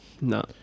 No